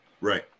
Right